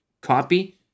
copy